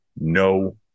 no